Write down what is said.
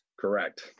Correct